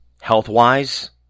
health-wise